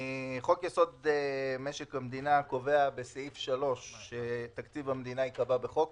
חוק יסוד: משק המדינה קובע בסעיף 3 שתקציב המדינה ייקבע בחוק,